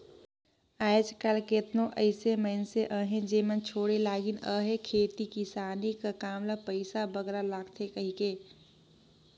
आएज काएल केतनो अइसे मइनसे अहें जेमन छोंड़े लगिन अहें खेती किसानी कर काम ल पइसा बगरा लागथे कहिके